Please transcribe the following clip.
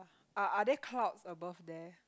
are are there clouds above there